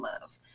love